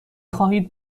خواهید